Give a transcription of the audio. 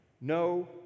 no